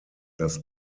das